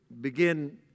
begin